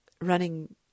running